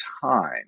time